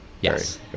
Yes